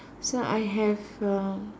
so I have uh